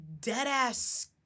dead-ass